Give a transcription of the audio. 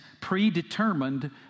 predetermined